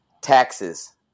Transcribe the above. taxes